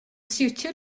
siwtio